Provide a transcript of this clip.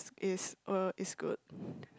is uh is good